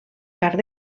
carn